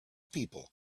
people